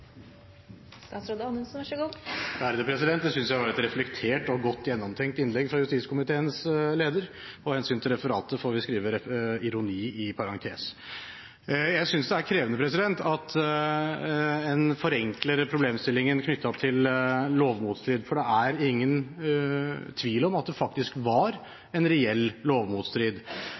Det synes jeg var et reflektert og godt gjennomtenkt innlegg fra justiskomiteens leder. Av hensyn til referatet får vi skrive ironi i parentes. Jeg synes det er krevende at en forenkler problemstillingen knyttet til lovmotstrid, for det er ingen tvil om at det faktisk